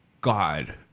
God